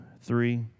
three